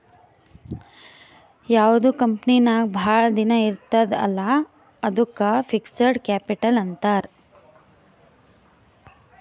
ಯಾವ್ದು ಕಂಪನಿ ನಾಗ್ ಭಾಳ ದಿನ ಇರ್ತುದ್ ಅಲ್ಲಾ ಅದ್ದುಕ್ ಫಿಕ್ಸಡ್ ಕ್ಯಾಪಿಟಲ್ ಅಂತಾರ್